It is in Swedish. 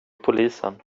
polisen